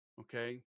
okay